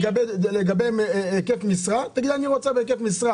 לגבי היקף משרה תגידי: אני רוצה בהיקף משרה